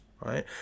Right